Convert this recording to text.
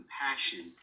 compassion